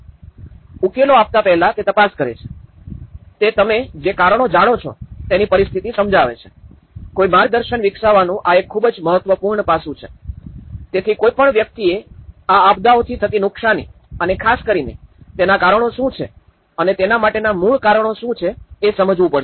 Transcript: ઉકેલો આપતા પહેલા તે તપાસ કરે છે તે તમે જે કારણો જાણો છો તેની પરિસ્થિતિ સમજાવે છે કોઈ માર્ગદર્શન વિકસાવવાનું આ એક ખૂબ જ મહત્વપૂર્ણ પાસું છે તેથી કોઈ પણ વ્યક્તિએ આ આપદાઓથી થતી નુકશાની અને ખાસ કરીને તેના કારણો શું છે અને તેના માટેના મૂળ કારણો શું છે એ સમજવું પડશે